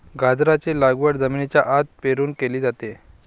गाजराची लागवड जमिनीच्या आत पेरून केली जाते